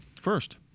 First